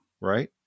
right